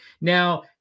Now